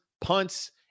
punts